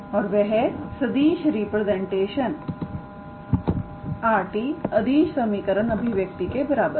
और वह सदिश रिप्रेजेंटेशन 𝑟⃗ अदिश समीकरण अभिव्यक्ति के बराबर है